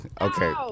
Okay